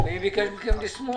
מי ביקש מכם לשמוח.